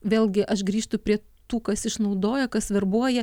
vėl gi aš grįžtu prie tų kas išnaudoja kas verbuoja